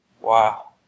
wow